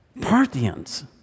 Parthians